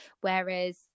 Whereas